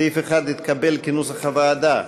סעיף 1 נתקבל, כנוסח הוועדה.